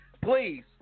please